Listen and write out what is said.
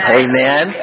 amen